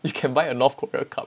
you can buy a north korea cup